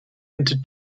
into